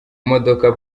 modoka